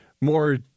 more